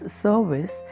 service